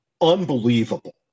unbelievable